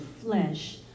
flesh